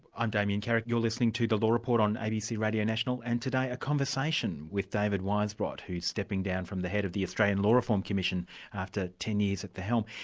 i'm damien carrick, you're listening to the law report on abc radio national and today, a conversation with david weisbrot, who's stepping down from the head of the australian law reform commission after ten years at the helm.